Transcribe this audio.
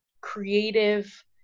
creative